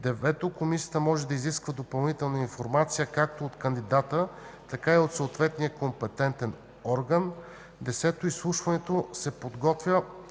9. Комисията може да изисква допълнителна информация както от кандидата, така и от съответния компетентен орган. 10.